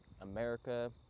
America